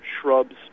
shrubs